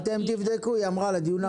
אתם תבדקו לדיון הבא,